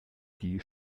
die